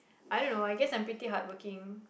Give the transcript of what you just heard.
I don't know I guess I'm pretty hardworking